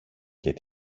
και